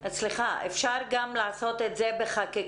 סליחה, אפשר גם לעשות את זה בחקיקה.